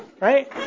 right